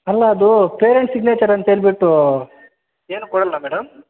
ಅಲ್ಲ ಅದು parents signature ಅಂತ ಹೇಳಿಬಿಟ್ಟು ಏನು ಕೊಡಲ್ವಾ ಮೇಡಮ್